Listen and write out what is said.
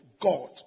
God